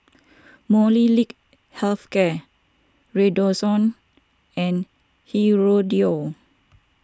Molnylcke Health Care Redoxon and Hirudoid